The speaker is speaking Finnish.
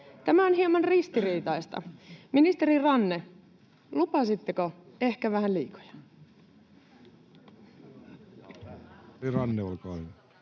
Tämä on hieman ristiriitaista. Ministeri Ranne, lupasitteko ehkä vähän liikoja?